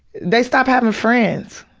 they stop having friends.